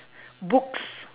books